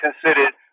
considered